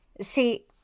See